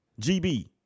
gb